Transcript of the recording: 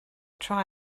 try